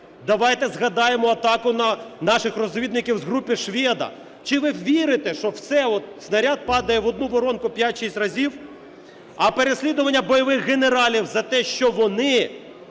Давайте згадаємо атаку на наших розвідників з групи "Шведа". Чи ви вірите, що снаряд падає в одну воронку 5-6 разів? А переслідування бойових генералів за те, що вони